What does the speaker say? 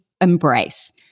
embrace